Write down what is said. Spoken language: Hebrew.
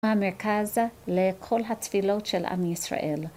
מהמרכז, לכל התפילות של עם ישראל.